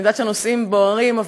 אני יודעת שהנושאים בוערים,